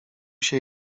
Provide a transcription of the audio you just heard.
się